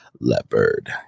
leopard